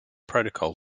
protocol